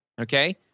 Okay